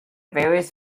various